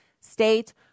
state